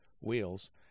wheels